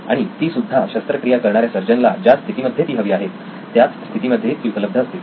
आणि ती सुद्धा शस्त्रक्रिया करणाऱ्या सर्जन ला ज्या स्थितीमध्ये ती हवी आहेत त्याच स्थितीमध्ये ती उपलब्ध असतील